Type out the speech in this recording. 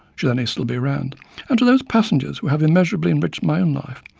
should any still be around and to those passengers who have immeasurably enriched my own life.